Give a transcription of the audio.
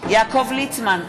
יעקב ליצמן,